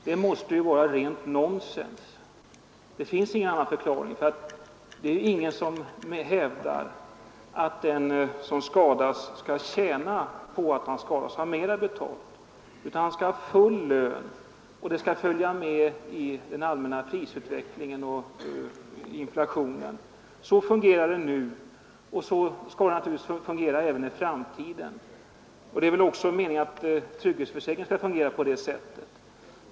Det måste vara rent nonsens. Det finns ingen annan förklaring. Det är ju ingen som hävdar att den som skadats skall tjäna på att han blivit drabbad, dvs. att han då skall få mer betalt än tidigare. Han skall ha full lön, och den ersättningen skall följa med i den allmänna prisutvecklingen och inflationen. Så fungerar det nu, och så skulle det naturligtvis fungera även i framtiden. Det är väl också meningen att trygghetsförsäkringen skall fungera på det sättet.